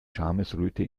schamesröte